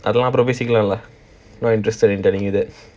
I don't want not interested in telling you that